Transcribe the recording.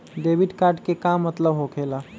Debit card के का मतलब होकेला?